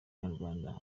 abanyarwanda